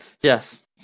Yes